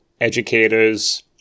educators